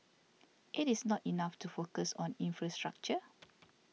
it is not enough to focus on infrastructure